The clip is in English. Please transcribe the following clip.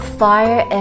fire